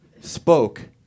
spoke